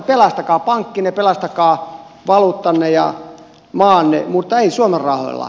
pelastakaa pankkinne pelastakaa valuuttanne ja maanne mutta ei suomen rahoilla